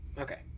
Okay